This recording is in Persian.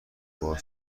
باهات